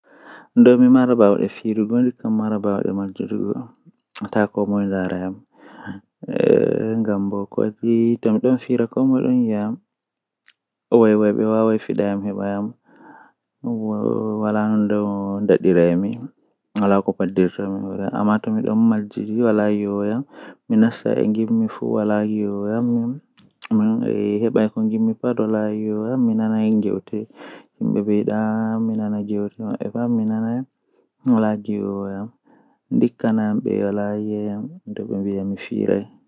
Ndikka mi yahi laarugo fim feere am, ngam tomi yahi laarugo mi yidaahayaniya malla ko saklata am to midon laara. Amma nyamuki to goddo don walla am nyamuki mi midon yia mi buran nyamugo nyamdu man duddum.